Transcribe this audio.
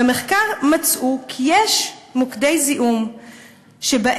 במחקר מצאו כי יש מוקדי זיהום שבהם